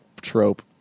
trope